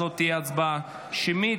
ותעבור לדיון בוועדת החוקה,